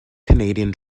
canadian